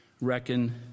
reckon